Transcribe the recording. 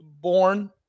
born